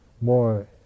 more